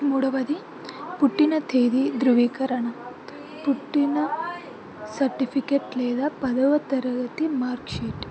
మూడవది పుట్టిన తేదీ ధృవీకరణ పుట్టిన సర్టిఫికెట్ లేదా పదవ తరగతి మార్క్ షీట్